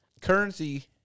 Currency